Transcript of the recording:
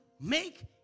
make